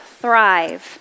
thrive